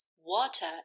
water